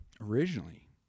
Originally